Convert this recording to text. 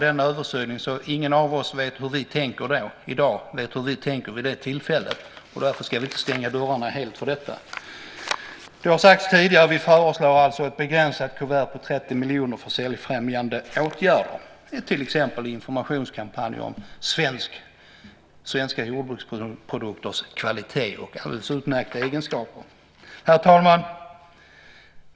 Men ingen av oss vet hur vi tänker 2009 när denna översyn ska göras. Därför ska vi inte stänga dörrarna helt för detta. Som har sagts tidigare föreslår vi alltså ett begränsat kuvert på 30 miljoner kronor för säljfrämjande åtgärder, till exempel informationskampanjer om svenska jordbruksprodukters kvalitet och utmärkta egenskaper. Herr talman!